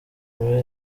muri